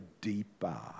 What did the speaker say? deeper